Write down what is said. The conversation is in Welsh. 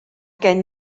gen